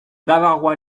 bavarois